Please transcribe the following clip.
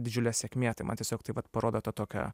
didžiulė sėkmė tai man tiesiog tai vat parodo tą tokią